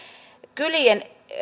kylien